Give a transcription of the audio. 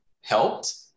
helped